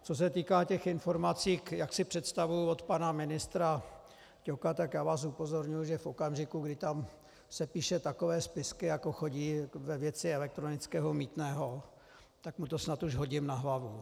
Co se týká těch informací, jak si představuji od pana ministra Ťoka, tak já vás upozorňuji, že v okamžiku, kdy tam sepíše takové spisky, jako chodí ve věci elektronického mýtného, tak mu to snad už hodím na hlavu.